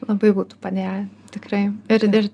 labai būtų padėję tikrai ir ir